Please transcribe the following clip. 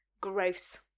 gross